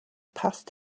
passed